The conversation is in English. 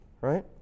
right